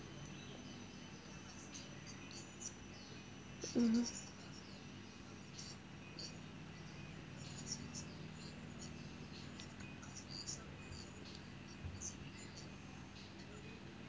mmhmm